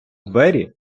двері